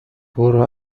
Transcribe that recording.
برو